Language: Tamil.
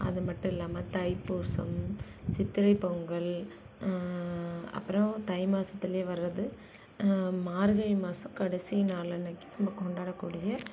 அது மட்டும் இல்லாமல் தை பூசம் சித்திரை பொங்கல் அப்புறம் தை மாசத்துலேயே வரது மார்கழி மாத கடைசி நாள் அன்னைக்கி நம்ம கொண்டாடக்கூடிய